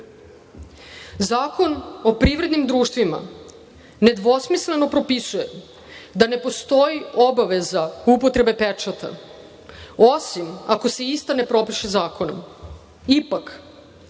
o privrednim društvima nedvosmisleno propisuje da ne postoji obaveza upotrebe pečata, osim ako se ista ne propiše zakonom.